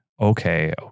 okay